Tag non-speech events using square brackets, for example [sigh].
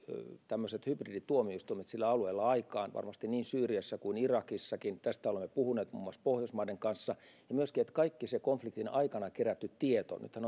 hybridituomioistuimet sillä alueella aikaan niin syyriassa kuin irakissakin tästä olemme puhuneet muun muassa pohjoismaiden kanssa ja myöskin se että kaikki se konfliktin aikana kerätty tieto nythän [unintelligible]